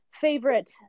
favorite